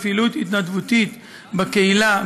בפעילות התנדבותית בקהילה,